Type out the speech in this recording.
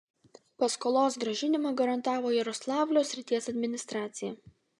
paskolos grąžinimą garantavo jaroslavlio srities administracija